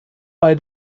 bei